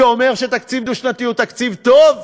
שאומר שתקציב דו-שנתי הוא תקציב טוב.